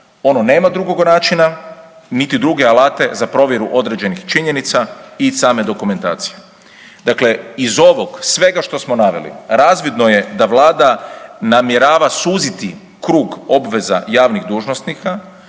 Ono nema drugog načina niti druge alate za provjeru određenih činjenica i same dokumentacije. Dakle, iz ovog svega što smo naveli, razvidno je da Vlada namjerava suziti krug obveza javnih dužnosnika